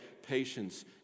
Patience